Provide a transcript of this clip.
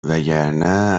وگرنه